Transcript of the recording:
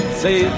say